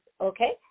okay